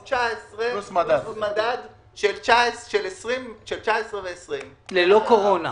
הוא 2019 פלוס מדד של 2019 ושל 2020. ללא קורונה.